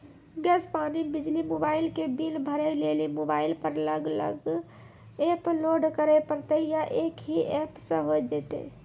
Gas, पानी, बिजली, mobile के बिल भरे लेली मोबाइल पर अलग अलग एप्प लोड करे परतै या एक ही एप्प से होय जेतै?